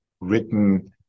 written